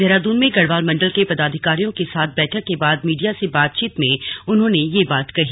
देहरादून में गढ़वाल मंडल के पदाधिकारियों के साथ बैठक के बाद मीडिया से बातचीत में उन्होंने ये बात कही